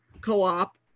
co-op